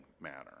manner